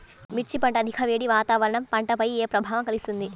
మిర్చి పంట అధిక వేడి వాతావరణం పంటపై ఏ ప్రభావం కలిగిస్తుంది?